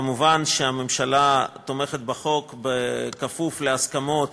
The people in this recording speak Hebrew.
מובן שהממשלה תומכת בחוק, כפוף להסכמות